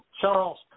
Charles